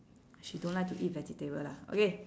she don't like to eat vegetable lah okay